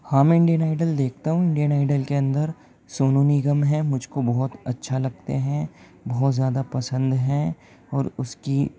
ہاں میں Indian Idol دیکھتا ہوں انڈین آئیڈل کے اندر سونو نگم ہیں مجھ کو بہت اچھا لگتے ہیں بہت زیادہ پسند ہیں اور اس کی